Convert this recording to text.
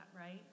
right